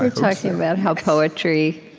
ah talking about how poetry